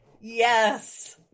Yes